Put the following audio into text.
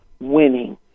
winning